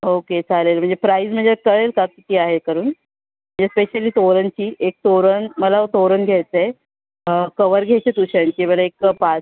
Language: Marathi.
ओके चालेल म्हणजे प्राईज म्हणजे कळेल का किती आहे करून जे स्पेशली तोरणची एक तोरण मला तोरण घ्यायचं आहे कवर घ्यायचे आहेत उशांचे मला एक पांच